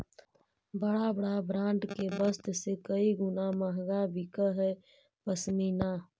बड़ा बड़ा ब्राण्ड के वस्त्र से कई गुणा महँगा बिकऽ हई पशमीना